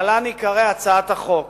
להלן עיקרי הצעת החוק.